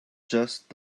just